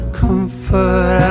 comfort